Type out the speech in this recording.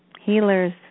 Healers